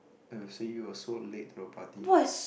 err see you are so late to the party